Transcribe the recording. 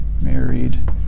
married